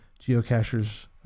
geocachers